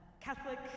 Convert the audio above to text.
Catholic